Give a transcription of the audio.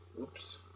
Oops